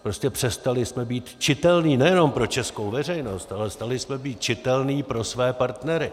Prostě přestali jsme být čitelní nejenom pro českou veřejnost, ale přestali jsme být čitelní pro své partnery.